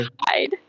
hide